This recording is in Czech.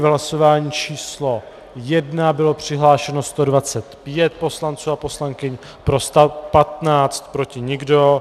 V hlasování číslo 1 bylo přihlášeno 125 poslanců a poslankyň, pro 115, proti nikdo.